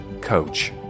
coach